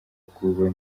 aguwe